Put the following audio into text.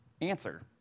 answer